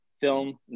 film